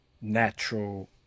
natural